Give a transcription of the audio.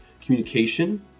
communication